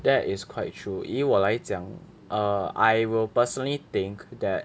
that is quite true 以我来讲 err I will personally think that